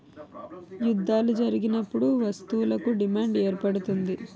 యుద్ధాలు జరిగినప్పుడు వస్తువులకు డిమాండ్ ఏర్పడుతుంది